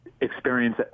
experience